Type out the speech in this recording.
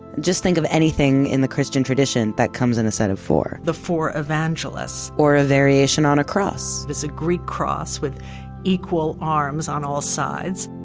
just think of anything in the christian tradition that comes in a set of four. the four evangelists or a variation on a cross. there's a greek cross with equal arms on all sides.